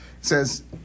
says